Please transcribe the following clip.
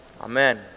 Amen